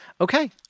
Okay